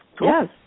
Yes